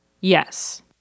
Yes